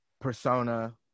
persona